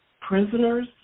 prisoners